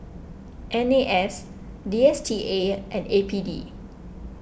N A S D S T A and A P D